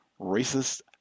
racist